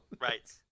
right